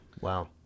Wow